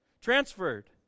transferred